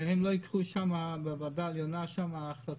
שהם לא ייקחו שם בוועדה העליונה החלטה.